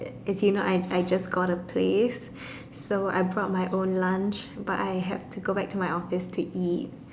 as you know I I just got a place so I brought my own lunch but I have to go back to my office to eat